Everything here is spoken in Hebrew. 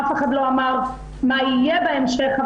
אף אחד לא אמר מה יהיה בהמשך,